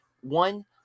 One